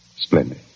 Splendid